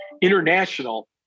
international